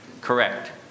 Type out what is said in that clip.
correct